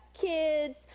kids